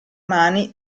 mani